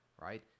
right